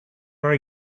are